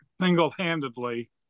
Single-handedly